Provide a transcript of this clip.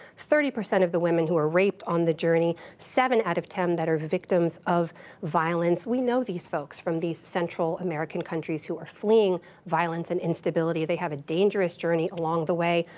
thirty percent of the women who are raped on the journey, seven out of ten that are the victims of violence. we know these folks from these central american countries who are fleeing violence and instability. they have a dangerous journey along the way.